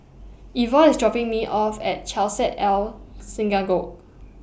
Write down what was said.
Ivor IS dropping Me off At Chesed El